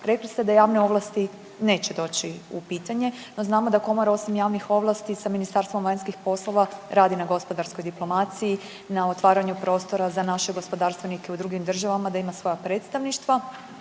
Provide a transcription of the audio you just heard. Rekli ste da javne ovlasti neće doći u pitanje. No, znamo da komora osim javnih ovlasti sa Ministarstvom vanjskih poslova radi na gospodarskoj diplomaciji, na otvaranju prostora za naše gospodarstvenike u drugim državama, da ima svoja predstavništva,